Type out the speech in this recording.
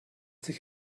sich